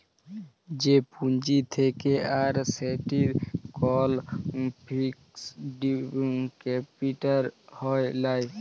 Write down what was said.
যে পুঁজি থাক্যে আর সেটির কল ফিক্সড ক্যাপিটা হ্যয় লায়